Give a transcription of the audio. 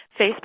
Facebook